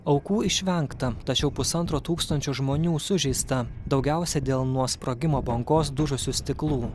aukų išvengta tačiau pusantro tūkstančio žmonių sužeista daugiausia dėl nuo sprogimo bangos dužusių stiklų